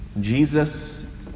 Jesus